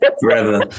Forever